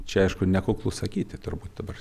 čia aišku nekuklu sakyti turbūt dabar